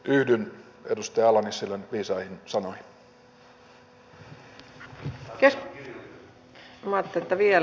yhdyn edustaja ala nissilän viisaisiin sanoihin